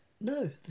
no